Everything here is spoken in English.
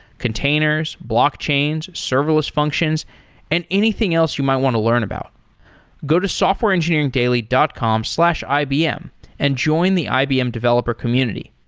containers, blockchains, serverless functions and anything else you might want to learn about go to softwareengineeringdaily dot com slash ibm and join the ibm developer community.